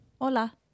Hola